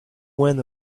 went